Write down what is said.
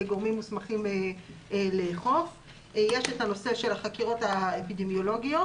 גורמים מוסמכים לאכוף; יש את נושא החקירות האפידמיולוגיות,